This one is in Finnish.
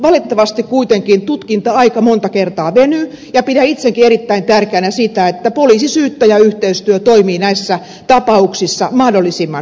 valitettavasti kuitenkin tutkinta aika monta kertaa venyy ja pidän itsekin erittäin tärkeänä sitä että poliisisyyttäjä yhteistyö toimii näissä tapauksissa mahdollisimman hyvin